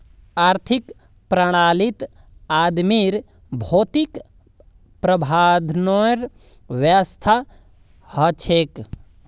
आर्थिक प्रणालीत आदमीर भौतिक प्रावधानेर व्यवस्था हछेक